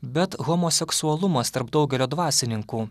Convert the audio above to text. bet homoseksualumas tarp daugelio dvasininkų